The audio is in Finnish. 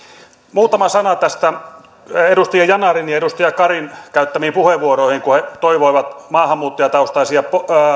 muutama sana näistä edustaja yanarin ja edustaja karin käyttämistä puheenvuoroista kun he toivoivat maahanmuuttajataustaisia